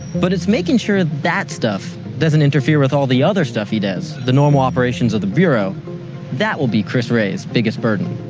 but it's making sure that stuff doesn't interfere with all the other stuff he does the normal operations of the bureau that will be chris wray's biggest burden.